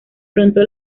pronto